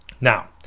Now